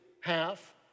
half